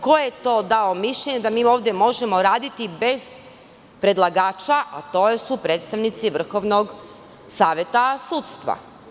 Ko je to dao mišljenje da mi ovde možemo raditi bez predlagača, a to su predstavnici Vrhovnog saveta sudstva.